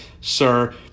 sir